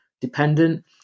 dependent